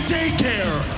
Daycare